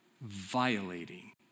violating